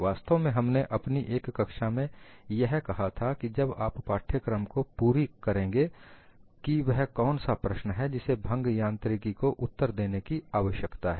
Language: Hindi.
वास्तव में हमने अपनी एक कक्षा में यह कहा था कि जब आप इस पाठ्यक्रम को पूरा करेंगे की वह कौन सा प्रश्न है जिसे भंग यांत्रिकी को उत्तर देने की आवश्यकता है